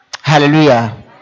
Hallelujah